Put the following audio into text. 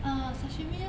uh sashimi lor